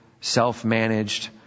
self-managed